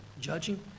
judging